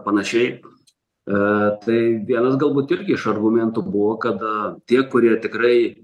panašiai a tai vienas galbūt irgi iš argumentų buvo kada tie kurie tikrai